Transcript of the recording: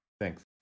thanks